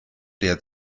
der